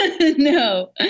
No